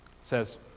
says